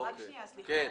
זאת ההצעה.